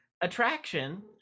attraction